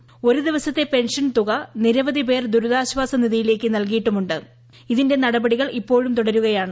ശ്രും ദിവസത്തെ പെൻഷൻ നിരവധി പേർ ദുരിതാശാസനിധിയിലേക്ക് നൽകിയിരുന്നു ഇതിന്റെ നടപടികൾ ഇപ്പോഴും തുടരുകയാണ്